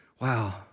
wow